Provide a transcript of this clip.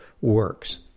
works